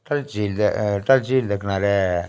डल झील दे डल झील दे किनारे